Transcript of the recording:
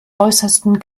äußersten